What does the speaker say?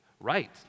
right